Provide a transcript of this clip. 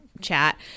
chat